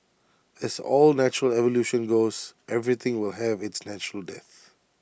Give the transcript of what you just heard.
as all natural evolution goes everything will have its natural death